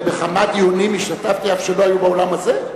בכמה דיונים השתתפתי, אף שלא היו באולם הזה?